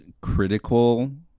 critical